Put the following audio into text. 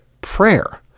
prayer